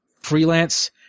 Freelance